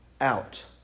out